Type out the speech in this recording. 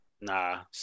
Nah